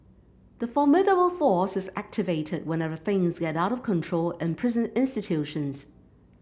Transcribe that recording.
the formidable force is activated whenever things get out of control in prison institutions